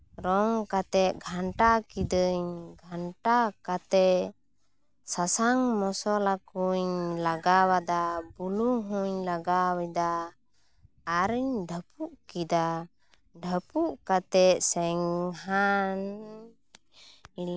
ᱨᱚᱝ ᱠᱟᱛᱮ ᱜᱷᱟᱱᱴᱟ ᱠᱤᱫᱟᱹᱧ ᱜᱷᱟᱱᱴᱟ ᱠᱟᱛᱮ ᱥᱟᱥᱟᱝ ᱢᱚᱥᱚᱞᱟ ᱠᱩᱧ ᱞᱟᱜᱟᱣᱟᱫᱟ ᱟᱨ ᱵᱩᱞᱩᱝ ᱦᱩᱧ ᱞᱟᱜᱟᱣᱟᱫᱟ ᱟᱨᱤᱧ ᱰᱷᱟᱯᱩᱜ ᱠᱮᱫᱟ ᱰᱷᱟᱯᱩᱜ ᱠᱟᱛᱮ ᱥᱮᱝ ᱥᱟᱦᱟᱱ ᱤᱧ